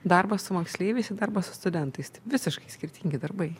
darbo su moksleiviais ir darbo su studentais tai visiškai skirtingi darbai